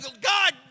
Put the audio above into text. God